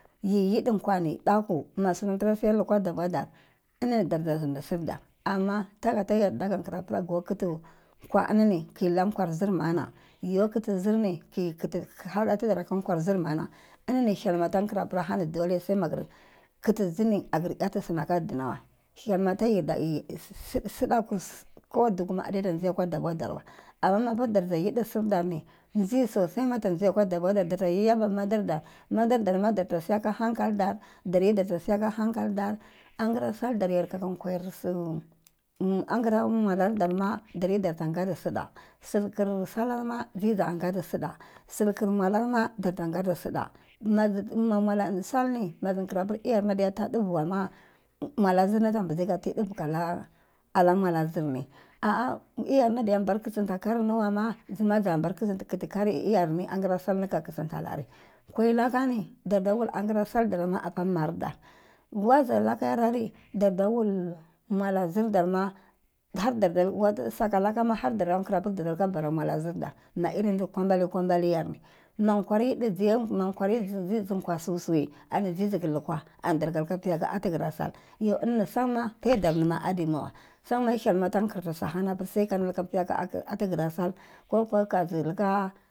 Yi yidi kwəni ɗaku mə sinantara lukwa dəɓə dər ini dar ɗa zindi sirdər əmma taga kulkir kəti kwəini kəla ələ zirmənə yau kiti zirni kəɗaɗa tidar a zirmənə inə həlmə takər hani dplema kiti dini agur eti sini ka dunədəi həlma tayarda suɗakurs ko dukumə ənjəi əkwə ɗabəɗarwəi əmmə mə dər ja yiɗi sirdərni jisosa ma akwa da bədəar dər da yaba mədadər, mədadarmə dardasi ka hankal dər dərdasi kəhankal dar. Əngurasal dar kaka kwayər sur dərma dəryə darta guti siɗa sulkur salma jiye jagati siɗa sikulmularma dartu gati siɗa maji ma malar salni majikulapur iyarna jafa ta ɗubema mala zirni jata bura liɓe kəla ala malar zirni a'a iyarni jata kusunta kariniwai ma jima jabara kusunta karil iyel ni angura salni aji kusun tanari kawai lakani darta wul əngurasəl əpə dərma əpə mər dər wazalakari darta wul mala zir darma hardata sakalakama kura pur darama ɓara mula zurdar iri dir kopmba komba liyərni ma kwar yiɗi jaiyə ma kwar yiɗi ju kwa susuwi ani jəyə jukulukwa əni dar tamar pi ka ati gurə səl ai yau ini ma samma pai dar nima aduwəi samma helma ta kurti su ahja ni mə wai sai kaɗi mar piyaktighura sal ko kuwəka